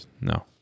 No